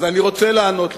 אני רוצה לענות לך: